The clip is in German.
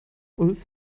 ulf